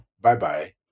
bye-bye